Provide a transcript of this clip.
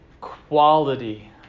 quality